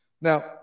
Now